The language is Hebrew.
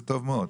זה טוב מאוד.